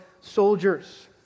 soldiers